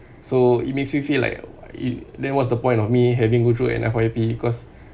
so it makes me feel like then what's the point of me having go through an F_Y_P cause